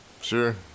sure